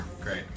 Great